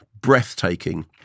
breathtaking